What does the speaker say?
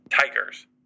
tigers